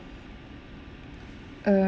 err